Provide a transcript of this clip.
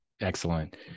Excellent